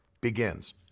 begins